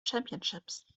championships